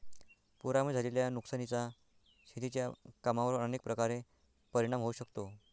पुरामुळे झालेल्या नुकसानीचा शेतीच्या कामांवर अनेक प्रकारे परिणाम होऊ शकतो